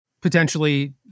potentially